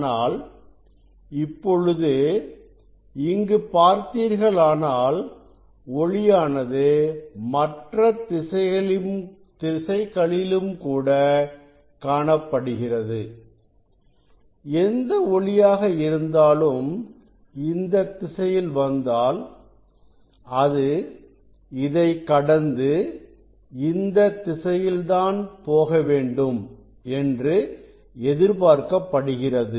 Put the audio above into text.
ஆனால் இப்பொழுது இங்கு பார்த்தீர்களானால் ஒளியானது மற்ற திசைகளிலும் கூட காணப்படுகிறது எந்த ஒளியாக இருந்தாலும் இந்தத் திசையில் வந்தாள் அது இதை கடந்து இந்த திசையில் தான் போகவேண்டும் என்று எதிர்பார்க்கப்படுகிறது